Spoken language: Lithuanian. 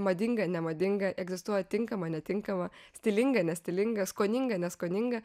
madinga nemadinga egzistuoja tinkama netinkama stilinga nestilinga skoninga neskoninga